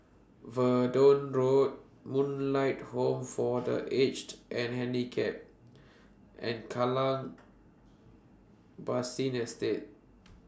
Verdun Road Moonlight Home For The Aged and Handicapped and Kallang Basin Estate